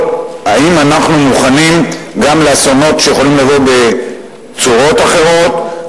או האם אנחנו מוכנים גם לאסונות שיכולים לבוא בצורות אחרות,